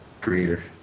creator